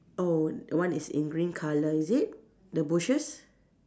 oh one is in green colour is it the bushes